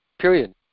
period